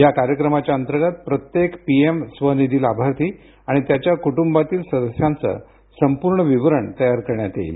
या कार्यक्रमाच्या अंतर्गत प्रत्येक पीएम स्वनिधी लाभार्थी आणि त्यांच्या कुटुंबातील सदस्यांचे संपूर्ण विवरण तयार करण्यात येईल